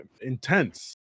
intense